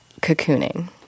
cocooning